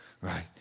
Right